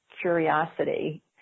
curiosity